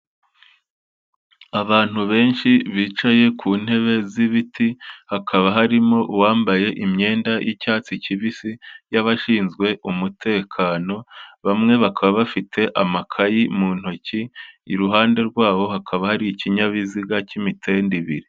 Abantu benshi bicaye ku ntebe z'ibiti, hakaba harimo uwambaye imyenda y'icyatsi kibisi, y'abashinzwe umutekano, bamwe bakaba bafite amakayi mu ntoki, iruhande rwabo hakaba hari ikinyabiziga cy'imitende ibiri.